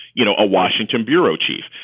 you know, a washington bureau chief.